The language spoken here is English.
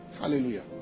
Hallelujah